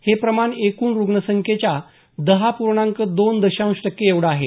हे प्रमाण एकूण रुग्णसंख्येच्या दहा पूर्णांक दोन दशांश टक्के एवढं आहे